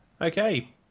okay